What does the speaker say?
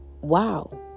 wow